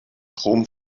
chrome